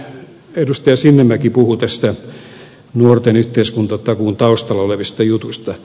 sitten edustaja sinnemäki puhui nuorten yhteiskuntatakuun taustalla olevista jutuista